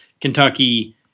Kentucky